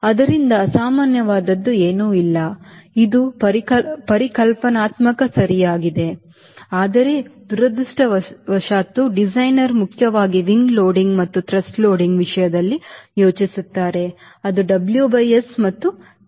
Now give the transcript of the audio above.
ಆದ್ದರಿಂದ ಅಸಾಮಾನ್ಯವಾದುದು ಏನೂ ಇಲ್ಲ ಇದು ಪರಿಕಲ್ಪನಾತ್ಮಕವಾಗಿ ಸರಿಯಾಗಿದೆ ಆದರೆ ದುರದೃಷ್ಟವಶಾತ್ ಡಿಸೈನರ್ ಮುಖ್ಯವಾಗಿ ವಿಂಗ್ ಲೋಡಿಂಗ್ ಮತ್ತು ಥ್ರಸ್ಟ್ ಲೋಡಿಂಗ್ ವಿಷಯದಲ್ಲಿ ಯೋಚಿಸುತ್ತಾರೆ ಅದು WS ಮತ್ತುTW